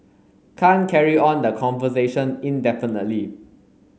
can't carry on the conversation indefinitely